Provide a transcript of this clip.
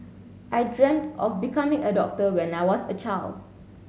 I dreamt of becoming a doctor when I was a child